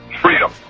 freedom